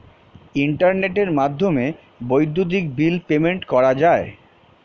ইন্টারনেটের মাধ্যমে বৈদ্যুতিক বিল পেমেন্ট করা যায়